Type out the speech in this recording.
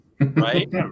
Right